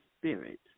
spirit